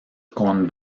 con